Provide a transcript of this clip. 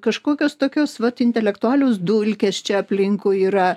kažkokios tokios vat intelektualios dulkės čia aplinkui yra